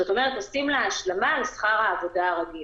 זאת אומרת, עושים לה השלמה על שכר העבודה הרגיל.